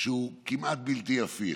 שהוא כמעט בלתי הפיך,